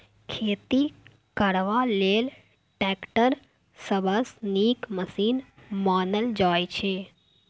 खेती करबा लेल टैक्टर सबसँ नीक मशीन मानल जाइ छै